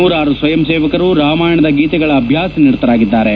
ನೂರಾರು ಸ್ವಯಂಸೇವಕರು ರಾಮಾಯಣದ ಗೀತೆಗಳ ಅಭ್ಯಾಸನಿರತರಾಗಿದ್ದಾರೆ